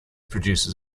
produces